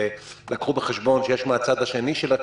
ולקחו בחשבון שיש מהצד השני של הצ'ק,